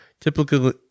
Typically